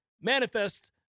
manifest